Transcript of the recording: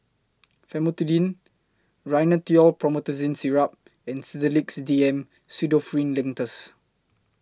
Famotidine Rhinathiol Promethazine Syrup and Sedilix D M Pseudoephrine Linctus